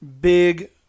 big